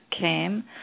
came